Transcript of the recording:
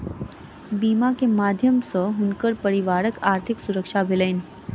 बीमा के माध्यम सॅ हुनकर परिवारक आर्थिक सुरक्षा भेलैन